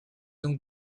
donc